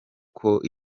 koko